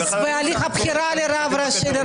והליך הבחירה לרב ראשי.